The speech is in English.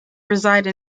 reside